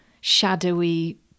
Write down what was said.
shadowy